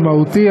המהותי,